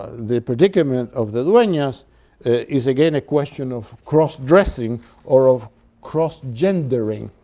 the predicament of the duenas is again a question of cross-dressing or of cross-gendering.